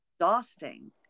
exhausting